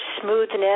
smoothness